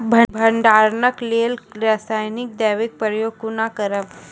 भंडारणक लेल रासायनिक दवेक प्रयोग कुना करव?